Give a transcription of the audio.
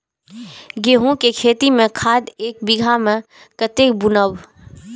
गेंहू के खेती में खाद ऐक बीघा में कते बुनब?